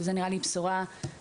נראה לי שזו בשורה ענקית.